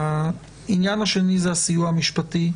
העניין השני הוא הסיוע המשפטי,